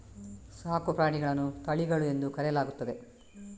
ಸಾಕು ಪ್ರಾಣಿಗಳನ್ನು ತಳಿಗಳು ಎಂದು ಕರೆಯಲಾಗುತ್ತದೆ